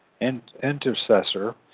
intercessor